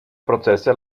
prozesse